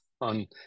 on